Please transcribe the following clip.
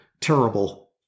terrible